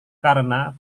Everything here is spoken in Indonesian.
karena